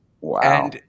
Wow